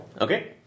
Okay